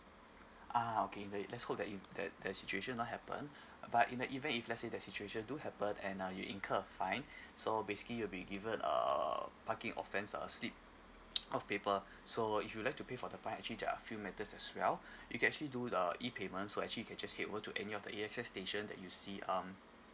ah okay then you let's hope that you that that situation not happen but in the event if let's say the situation do happen and uh you incur a fine so basically you'll be given err parking offence err slip uh paper so if you'd like to pay for the fine actually there're a few matters as well you can actually do err E_payment so actually you can just head over to any of the A_X_S station that you see um